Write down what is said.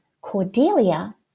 Cordelia